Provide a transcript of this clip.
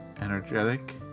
energetic